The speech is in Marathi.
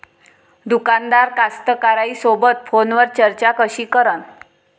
दुकानदार कास्तकाराइसोबत फोनवर चर्चा कशी करन?